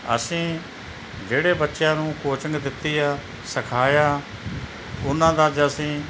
ਅਸੀਂ ਜਿਹੜੇ ਬੱਚਿਆਂ ਨੂੰ ਕੋਚਿੰਗ ਦਿੱਤੀ ਆ ਸਿਖਾਇਆ ਉਹਨਾਂ ਦਾ ਅੱਜ ਅਸੀਂ